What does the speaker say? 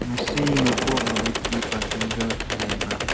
ꯉꯁꯤ ꯃꯄꯣꯛ ꯅꯨꯃꯤꯠꯀꯤ ꯄꯥꯔꯇꯤꯒ ꯂꯩꯕ꯭ꯔꯥ